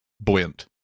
buoyant